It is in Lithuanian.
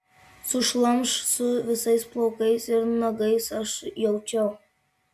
sušlamš su visais plaukais ir nagais aš jaučiau